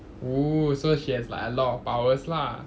oo so she has like a lot of powers lah